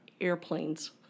airplanes